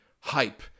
hype